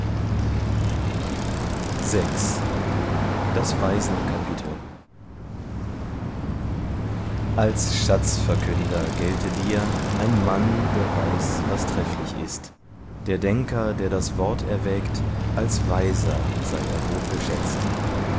als schatzverkünder gelte dir ein mann der weiß was trefflich ist der denker der das wort erwägt als weiser sei er hochgeschätzt